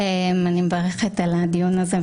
אני מברכת על הדיון הזה,